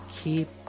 keep